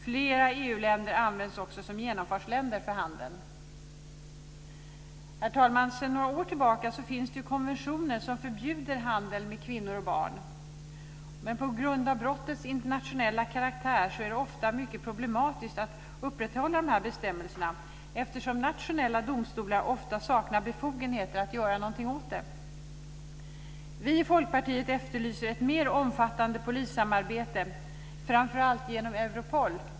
Flera EU-länder används också som genomfartsländer för handeln. Herr talman! Sedan några år tillbaka finns det konventioner som förbjuder handel med kvinnor och barn. Men på grund av brottets internationella karaktär är det ofta mycket problematiskt att upprätthålla bestämmelserna eftersom nationella domstolar ofta saknar befogenheter att göra något åt det. Vi i Folkpartiet efterlyser ett mer omfattande polissamarbete, framför allt genom Europol.